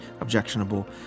objectionable